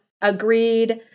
agreed